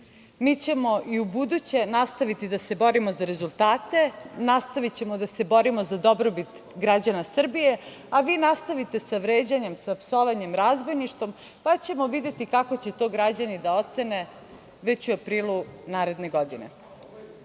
ćemo i ubuduće nastaviti da se borimo za rezultate. Nastavićemo da se borimo za dobrobit građana Srbije, a vi nastavite sa vređanjem, psovanjem, razbojništvom, pa ćemo videti kako će to građani da ocene već u aprilu naredne godine. Kada